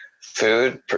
food